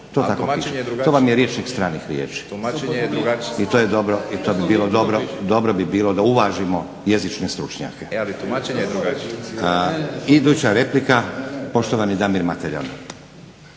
To tako piše. To vam je rječnik stranih riječi. I to bi bilo dobro da uvažimo jezične stručnjake. Iduća replika poštovani Damir Mateljan.